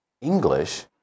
English